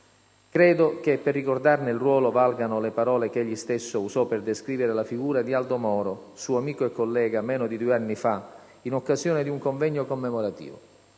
Credo che per ricordarne il ruolo valgano le parole che egli stesso usò per descrivere la figura di Aldo Moro, suo amico e collega, meno di due anni fa, in occasione di un convegno commemorativo: